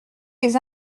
les